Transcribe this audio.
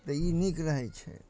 तऽ ई नीक रहै छै